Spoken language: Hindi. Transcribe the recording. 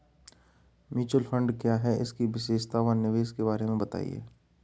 म्यूचुअल फंड क्या है इसकी विशेषता व निवेश के बारे में बताइये?